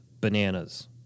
bananas